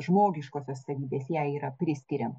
žmogiškosios savybės jai yra priskiriam